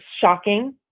shocking